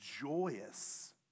joyous